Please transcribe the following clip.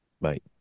Mate